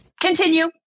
continue